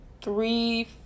three